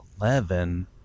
eleven